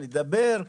נדבר,